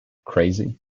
crazy